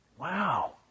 Wow